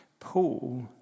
Paul